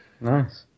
Nice